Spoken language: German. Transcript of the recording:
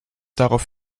darauf